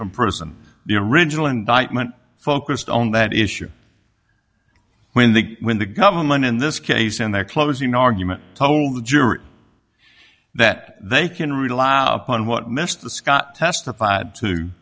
from prison the original indictment focused on that issue when the when the government in this case in their closing argument told the jury that they can read aloud upon what mr scott testified to